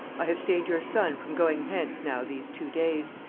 i have stayed your son from going hence now these two days,